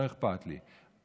לא אכפת לי.